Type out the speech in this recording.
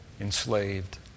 enslaved